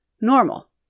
normal